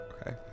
Okay